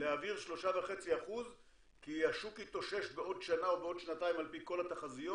להעביר 3.5% כי השוק יתאושש בעוד שנה או בעוד שנתיים על פי כל התחזיות